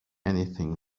anything